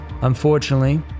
Unfortunately